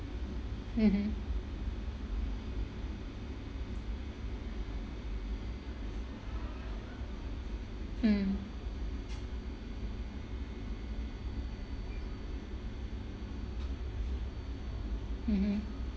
mmhmm mm mmhmm